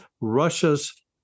Russia's